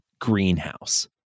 greenhouse